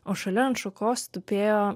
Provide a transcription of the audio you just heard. o šalia ant šakos tupėjo